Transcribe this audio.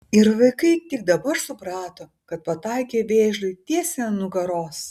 ir vaikai tik dabar suprato kad pataikė vėžliui tiesiai ant nugaros